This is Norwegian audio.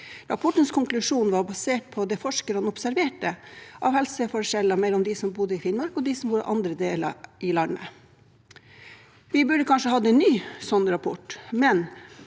Rapportens konklusjon var basert på det forskerne observerte av helseforskjeller mellom de som bodde i Finnmark, og de som bodde i andre deler av landet. Vi burde kanskje hatt en ny sånn rapport, men